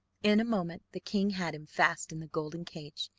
in a moment the king had him fast in the golden cage,